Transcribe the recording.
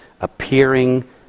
appearing